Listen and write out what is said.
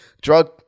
drug